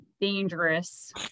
dangerous